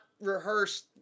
rehearsed